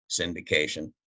syndication